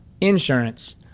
insurance